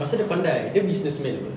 pasal dia pandai dia businessman apa